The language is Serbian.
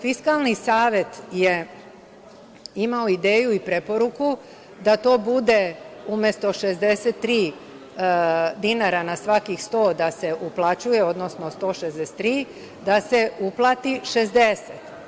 Fiskalni savet je imao ideju i preporuku da to bude umesto 63 dinara na svakih sto da se uplaćuje, odnosno 163, da se uplati 60.